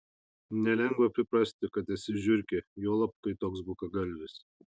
nelengva priprasti kad esi žiurkė juolab kai toks bukagalvis